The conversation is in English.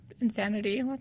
insanity